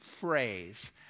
phrase